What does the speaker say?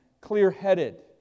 clear-headed